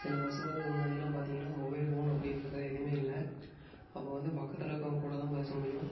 சில வருசத்துக்கு முன்னாடிலாம் பார்த்தீங்கன்னா மொபைல் ஃபோன் அப்படின்றது எதுவுமே இல்லை அப்போ வந்து பக்கத்தில் இருக்கறவங்க கூட தான் பேச முடியும்